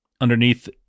underneath